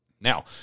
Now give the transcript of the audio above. Now